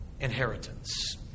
inheritance